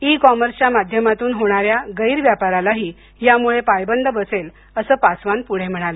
E commerce च्या माध्यमातून होणार्या गैरव्यापारालाही यामुळे पायबंद बसेल असं पासवान पुढे म्हणाले